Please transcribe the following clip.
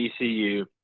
ECU